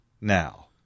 now